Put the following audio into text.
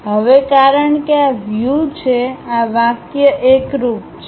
હવે કારણ કે આ વ્યૂ છે આ વાક્ય એકરુપ છે